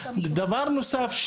דבר נוסף,